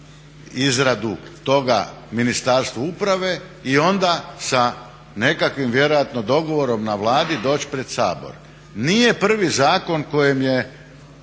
izradu toga Ministarstvu uprave i onda sa nekakvim vjerojatno dogovorom na Vladi doći pred Sabor. Nije prvi zakon kojem je